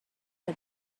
why